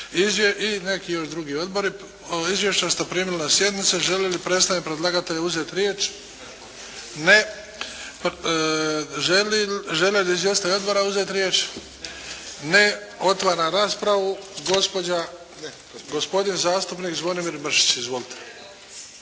I neki još drugi odbori. Izvješća ste primili na sjednici. Želi li predstavnik predlagatelja uzeti riječ? Ne. Žele li izvjestitelji odbora uzeti riječ? Ne. Otvaram raspravu. Gospodin zastupnik Zvonimir Mršić.